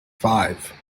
five